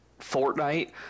fortnite